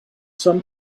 some